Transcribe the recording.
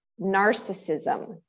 narcissism